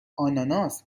آناناس